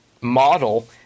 model